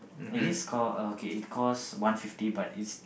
it is called uh okay it cost one fifty but it's